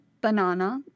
banana